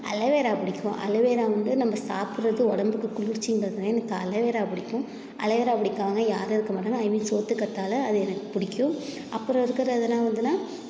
aloe vera பிடிக்கும் aloe vera வந்து நம்ம சாப்பிட்றது உடம்புக்கு குளிர்ச்சின்றதால் எனக்கு அல்லோவேரா பிடிக்கும் அல்லோவேரா பிடிக்காதவங்க யாரும் இருக்க மாட்டாங்க ஐ மீன் சோத்துக்கற்றால அது எனக்கு பிடிக்கும் அப்புறம் இருக்கிறதுலாம் வந்துலாம்